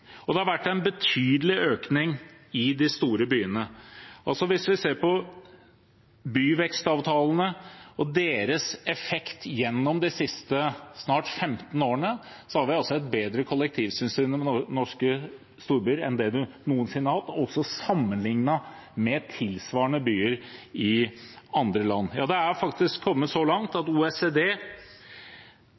Det har også vært en betydelig økning i de store byene. Hvis vi ser på byvekstavtalene og deres effekt gjennom de siste snart 15 årene, har vi altså fått et bedre kollektivsystem i norske storbyer enn det vi noensinne har hatt, også sammenlignet med tilsvarende byer i andre land. Ja, det er faktisk kommet så langt at når OECD